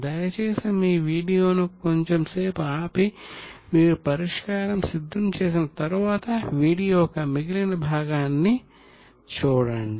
దయచేసి మీరు వీడియోను కొంచెం సేపు ఆపి మీరు పరిష్కారం సిద్ధం చేసిన తరువాత వీడియో యొక్క మిగిలిన భాగాన్ని చూడండి